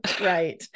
Right